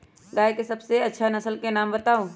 गाय के सबसे अच्छा नसल के नाम बताऊ?